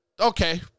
Okay